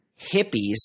hippies